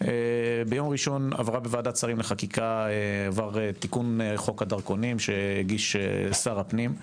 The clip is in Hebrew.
ראשון עבר בוועדת שרים לחקיקה תיקון חוק הדרכונים שהגיש שר הפנים.